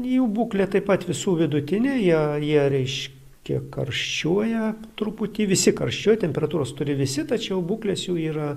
jų būklė taip pat visų vidutinė jie jie reiškia karščiuoja truputį visi karščiuoja temperatūros turi visi tačiau būklės jų yra